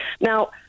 Now